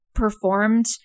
performed